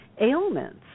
ailments